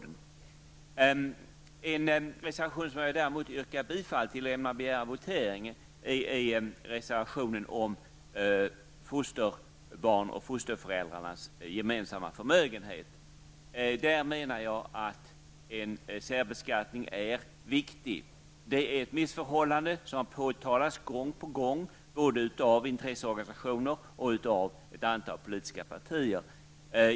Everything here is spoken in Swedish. En reservation som jag däremot yrkar bifall till och ämnar begära votering om är reservationen om fosterbarns och fosterföräldrars gemensamma förmögenhet. Där menar jag att en särbeskattning är viktig. Det är ett missförhållande som gång på gång har påtalats, både av intresseorganisationer och av ett antal politiska partier.